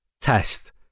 Test